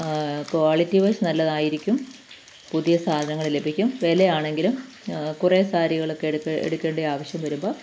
quality wise നല്ലതായിരിക്കും പുതിയ സാധനങ്ങൾ ലഭിക്കും വിലയാണെങ്കിലും കുറേ സാരികളൊക്കെ എടുത്ത് എടുക്കേണ്ട ആവശ്യം വരുമ്പോൾ